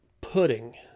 pudding